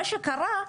מה שקרה,